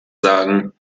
sagen